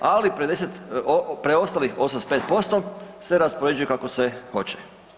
Ali preostalih 85% se raspoređuje kako se hoće.